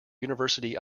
university